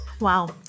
Wow